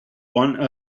one